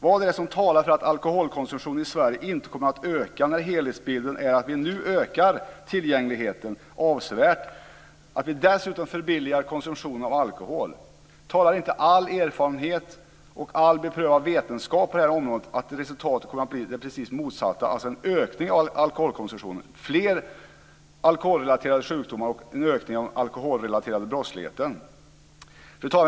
Vad är det som talar för att alkoholkonsumtionen i Sverige inte kommer att öka när helhetsbilden är att vi nu ökar tillgängligheten avsevärt och dessutom förbilligar konsumtionen av alkohol? Talar inte all erfarenhet och all beprövad vetenskap på detta område för att resultatet kommer att bli det precis motsatta, dvs. en ökning av alkolholkonsumtionen, fler alkoholrelaterade sjukdomar och en ökning av den alkoholrelaterade brottsligheten? Fru talman!